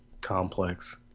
complex